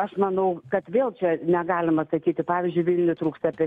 aš manau kad vėl čia negalima sakyti pavyzdžiui vilniuj trūksta apie